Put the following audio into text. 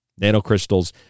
Nanocrystals